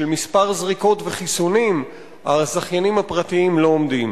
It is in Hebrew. מספר זריקות וחיסונים הזכיינים הפרטיים לא עומדים.